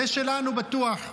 זה שלנו בטוח.